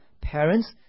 parents